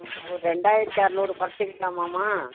ம் ஒரு ரெண்டாயிரத்து அறநூறு குறைச்சிக்கலாமாமா